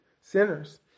sinners